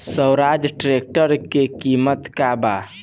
Swaraj tractor के किमत का बा?